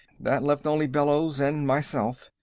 that left only bellows and myself.